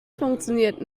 funktioniert